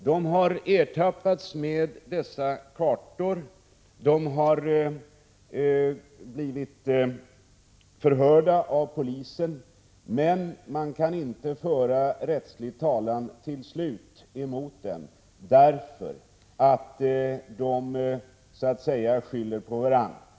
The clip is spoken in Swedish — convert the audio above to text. De har ertappats med dessa kartor, de har blivit förhörda av polisen, men man kan inte slutföra en rättslig talan emot dem, därför att de skyller på varandra.